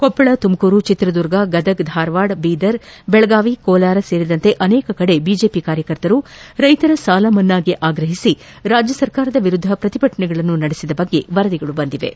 ಕೊಪ್ಪಳ ತುಮಕೂರು ಚಿತ್ರದುರ್ಗ ಗದಗ್ ಧಾರವಾಡ ಬೀದರ್ ಬೆಳಗಾವಿ ಕೋಲಾರ ಸೇರಿದಂತೆ ಅನೇಕ ಕಡೆ ಬಿಜೆಪಿ ಕಾರ್ಯಕರ್ತರು ರೈತರ ಸಾಲಮನ್ನಾಗೆ ಆಗ್ರಹಿಸಿ ರಾಜ್ಯ ಸರ್ಕಾರದ ವಿರುದ್ದ ಪ್ರತಿಭಟನೆಗಳನ್ನು ನಡೆಸಿದ ಬಗ್ಗೆ ವರದಿಗಳು ಬಂದಿವೆ